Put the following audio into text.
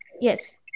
Yes